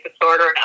disorder